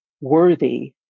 worthy